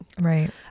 Right